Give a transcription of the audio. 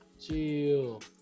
Chill